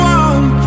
one